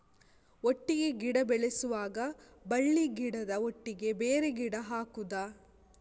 ಒಟ್ಟಿಗೆ ಗಿಡ ಬೆಳೆಸುವಾಗ ಬಳ್ಳಿ ಗಿಡದ ಒಟ್ಟಿಗೆ ಬೇರೆ ಗಿಡ ಹಾಕುದ?